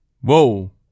Whoa